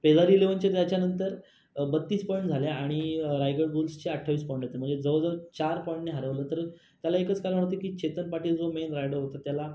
पेदारी एलेवनचे त्याच्यानंतर बत्तीस पॉईंट झाले आणि रायगड बुल्सचे अठ्ठावीस पॉईंट होते म्हणजे जवळजवळ चार पॉइंटने हरवलं तर त्याला एकच कारण होतं की चेतन पाटील जो मेन रायडर होता त्याला